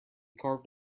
carved